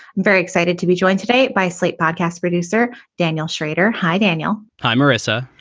very excited to be joined today by slate podcast producer daniel schrader hi, daniel. hi, marissa.